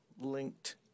linked